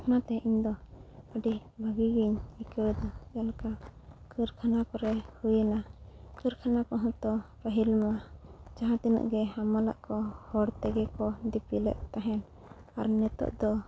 ᱚᱱᱟᱛᱮ ᱤᱧ ᱫᱚ ᱟᱹᱰᱤ ᱵᱷᱟᱹᱜᱤ ᱜᱮᱧ ᱟᱹᱭᱠᱟᱹᱣᱫᱟ ᱚᱱᱠᱟ ᱠᱟᱹᱨᱠᱷᱟᱱᱟ ᱠᱚᱨᱮ ᱦᱩᱭᱱᱟ ᱠᱟᱹᱨᱠᱷᱟᱱᱟ ᱠᱚᱦᱚᱸ ᱛᱚ ᱯᱟᱹᱦᱤᱞ ᱢᱟ ᱡᱟᱦᱟᱸ ᱛᱤᱱᱟᱹᱜ ᱜᱮ ᱦᱟᱢᱟᱞᱟᱜ ᱠᱚ ᱦᱚᱲ ᱛᱮᱜᱮ ᱠᱚ ᱫᱤᱯᱤᱞᱮᱫ ᱛᱟᱦᱮᱱ ᱟᱨ ᱱᱤᱛᱳᱜ ᱫᱚ